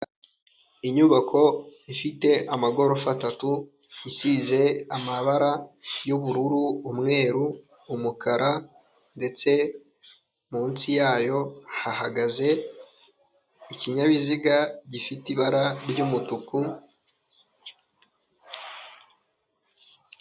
Inyubako ifite amagorofa atatu, isize amabara y'ubururu, umweru, umukara ndetse munsi yayo hahagaze, ikinyabiziga gifite ibara ry'umutuku.